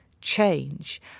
change